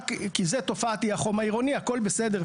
כי זה תופעת אי החום העירוני הכול בסדר,